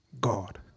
God